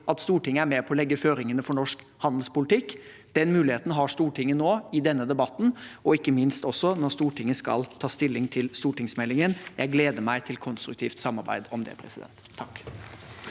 at Stortinget er med på å legge føringene for norsk handelspolitikk. Den muligheten har Stortinget nå i denne debatten, og ikke minst også når Stortinget skal ta stilling til stortingsmeldingen. Jeg gleder meg til konstruktivt samarbeid om det. Presidenten